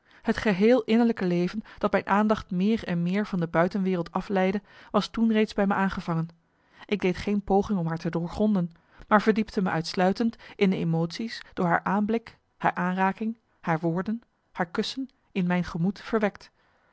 het geheel innerlijke leven dat mijn aandacht meer marcellus emants een nagelaten bekentenis en meer van de buitenwereld afleidde was toen reeds bij me aangevangen ik deed geen poging om haar te doorgronden maar verdiepte me uitsluitend in de emotie's door haar aanblik haar aanraking haar woorden haar kussen in mijn gemoed verwekt